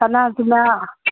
ꯁꯅꯥꯁꯤꯅ